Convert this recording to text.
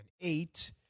eight